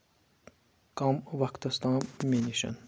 کَم وقتَس تام مےٚ نِش